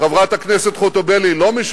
חברת הכנסת חוטובלי, את